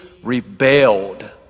rebelled